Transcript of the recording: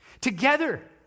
Together